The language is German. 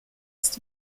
ist